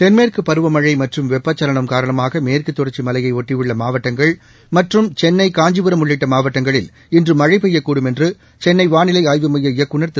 தென்மேற்கு பருவமழை மற்றும் வெப்பச்சலனம் காரணமாக மேற்குத்தொடர்ச்சி மலையையொட்டியுள்ள மாவட்டங்கள் மற்றும் சென்னை காஞ்சிபுரம் உள்ளிட்ட மாவட்டங்களில் இன்று மழை பெய்யக்கூடும் என்று சென்னை வானிலை ஆய்வுமைய இயக்குநர் திரு